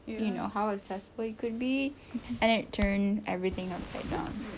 you know how like could be and it turned everything upside down